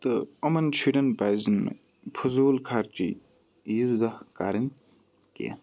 تہٕ یِمَن شُرٮ۪ن پزِ نہٕ فضوٗل خَرچی عیٖز دۄہ کَرٕنۍ کینٛہہ